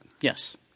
Yes